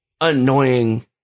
annoying